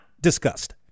discussed